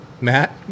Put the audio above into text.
Matt